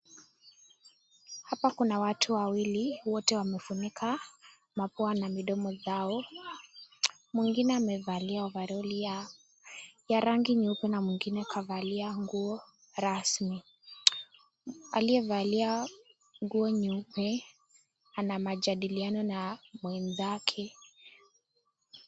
Hapa kuna watu wawili, wote wamefunika mapua na midomo zao. Mwingine amevalia ovaroli ya rangi nyeupe na mwingine kavalia nguo rasmi. Aliyevalia nguo nyeupe ana majadliliano na mwenzake.